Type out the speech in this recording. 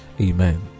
Amen